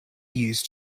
used